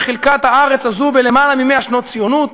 בחלקת הארץ הזו בלמעלה מ-100 שנות ציונות.